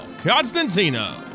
Constantino